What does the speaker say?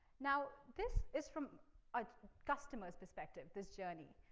now, this is from a customer's perspective, this journey.